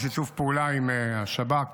בשיתוף פעולה עם השב"כ,